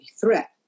threat